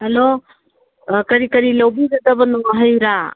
hello ꯀꯔꯤ ꯀꯔꯤ ꯂꯧꯕꯤꯒꯗꯕꯅꯣ ꯍꯩꯔꯥ